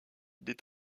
des